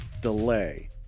Delay